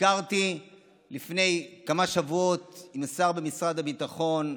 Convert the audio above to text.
ביקרתי לפני כמה שבועות עם השר במשרד הביטחון,